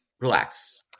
Relax